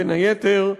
בין היתר,